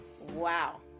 Wow